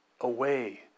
away